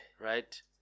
right